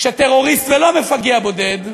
כשטרוריסט, ולא מפגע בודד,